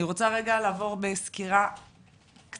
אני רוצה רגע לעבור בסקירה קצרה.